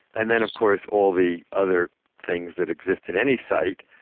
and then of course all the other things that exist in any site,